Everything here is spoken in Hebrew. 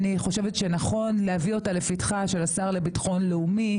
ולדעתי נכון להביא אותה לפתחו של השר לביטחון לאומי,